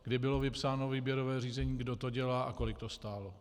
Kdy bylo vypsáno výběrové řízení, kdo to dělá a kolik to stálo?